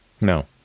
No